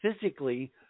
physically